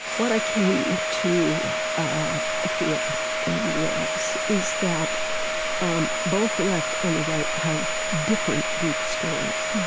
what i came to ah feel and realize is that um both the left and the right have different deep stories.